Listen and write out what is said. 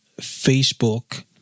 Facebook